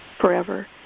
forever